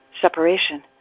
separation